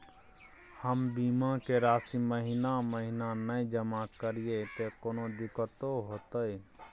हम बीमा के राशि महीना महीना नय जमा करिए त कोनो दिक्कतों होतय?